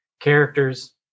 characters